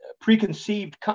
preconceived